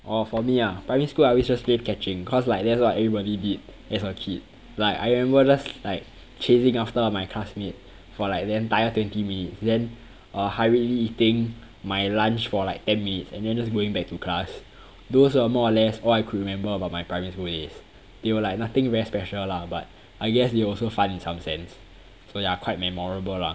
orh for me ah primary school I always just play catching cause like that's what everybody did as a kid like I remember just like chasing after my classmate for like the entire twenty minutes then err hurriedly eating my lunch for like ten minutes and then just going back to class those are more or less all I could remember about my primary days they were like nothing very special lah but I guess it was also fun in some sense so ya quite memorable lah